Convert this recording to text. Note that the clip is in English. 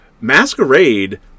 Masquerade